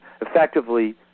effectively